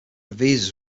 visa